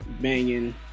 banging